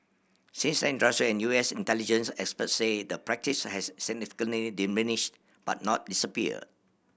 since then industry and U S intelligence experts say the practice has significantly diminished but not disappeared